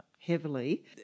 heavily